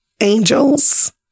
Angels